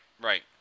right